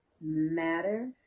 matter